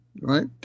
right